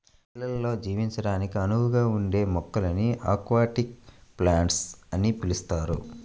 నీళ్ళల్లో జీవించడానికి అనువుగా ఉండే మొక్కలను అక్వాటిక్ ప్లాంట్స్ అని పిలుస్తారు